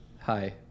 Hi